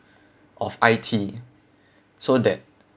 of I_T so that